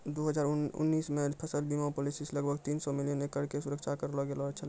दू हजार उन्नीस मे फसल बीमा पॉलिसी से लगभग तीन सौ मिलियन एकड़ के सुरक्षा करलो गेलौ छलै